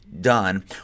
done